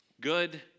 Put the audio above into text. Good